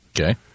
Okay